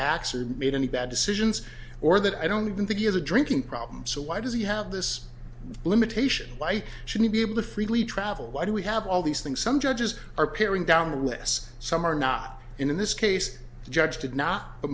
accident made any bad decisions or that i don't even think he has a drinking problem so why does he have this limitation why should he be able to freely travel why do we have all these things some judges are paring down the us some are not in this case the judge did not but